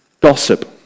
gossip